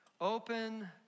open